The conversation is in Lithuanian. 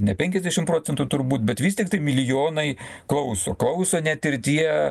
ne penkiasdešim procentų turbūt bet vis tiktai milijonai klauso klauso net ir tie